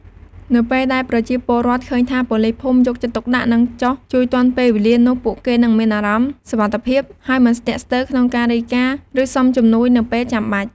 នៅពេលដែលប្រជាពលរដ្ឋឃើញថាប៉ូលីសភូមិយកចិត្តទុកដាក់ និងចុះជួយទាន់ពេលវេលា នោះពួកគេនឹងមានអារម្មណ៍សុវត្ថិភាព ហើយមិនស្ទាក់ស្ទើរក្នុងការរាយការណ៍ ឬសុំជំនួយនៅពេលចាំបាច់។